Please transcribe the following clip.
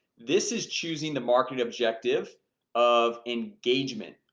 this is choosing the market objective of engagement,